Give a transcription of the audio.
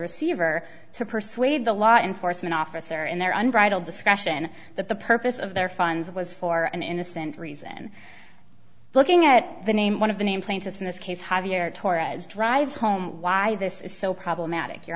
receiver to persuade the law enforcement officer in their unbridled discretion that the purpose of their funds was for an innocent reason looking at the name one of the name plaintiffs in this case javier torres drives home why this is so problematic your